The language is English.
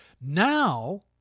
Now